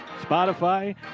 Spotify